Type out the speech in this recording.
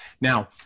Now